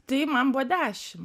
tai man buvo dešim